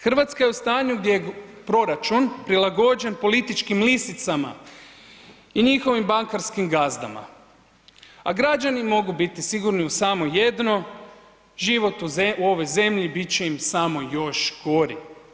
Hrvatska je u stanju gdje je proračun prilagođen političkim lisicama i njihovom bankarskim gazdama, a građani mogu biti sigurni u samo jedno, život u ovoj zemlji bit će im samo još gori.